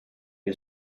che